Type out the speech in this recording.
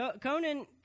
Conan